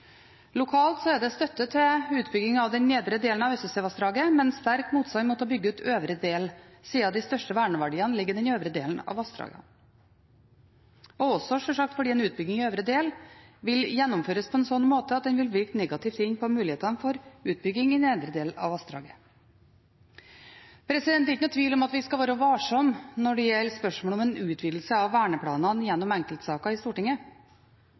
Lokalt er det støtte til utbygging av den nedre delen av Øystesevassdraget, men sterk motstand mot å bygge ut øvre del, siden de største verneverdiene ligger i den øvre delen av vassdraget og også, sjølsagt, fordi en utbygging i øvre del vil gjennomføres på en slik måte at den vil virke negativt inn på mulighetene for utbygging i nedre del av vassdraget. Det er ikke noen tvil om at vi skal være varsomme når det gjelder spørsmål om en utvidelse av verneplanene gjennom enkeltsaker i Stortinget.